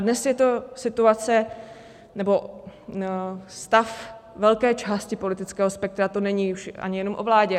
Dnes je to situace nebo stav velké části politického spektra, to není už ani jenom o vládě.